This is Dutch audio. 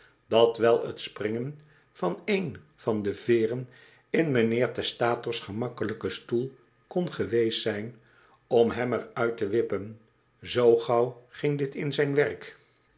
dat wel t springen van een van de veeren in mynheer testator's gemakkelijken stoel kon geweest zijn om hem er uit te wippen zoo gauw ging dit in zijn werk